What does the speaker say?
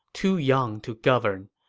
too young to govern.